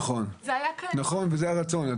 נכון וזה הרצון.